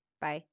bye